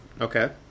Okay